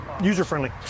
user-friendly